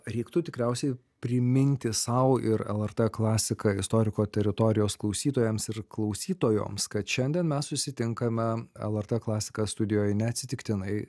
reiktų tikriausiai priminti sau ir lrt klasika istoriko teritorijos klausytojams ir klausytojoms kad šiandien mes susitinkame lrt klasika studijoj neatsitiktinai